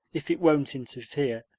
if it won't interfere.